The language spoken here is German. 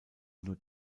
nur